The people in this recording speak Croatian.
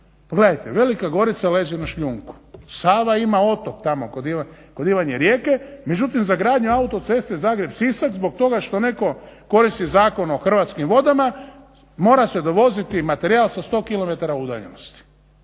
Pogledajte Velika Gorica leži na šljunku. Sava ima otok tamo kod Ivanje Reke međutim za gradnju autoceste Zagreb-Sisak zbog toga što netko koristi Zakon o Hrvatskim vodama mora se dovoziti materijal sa 100km udaljenosti.